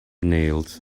nails